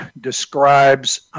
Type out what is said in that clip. describes